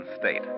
state